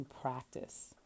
practice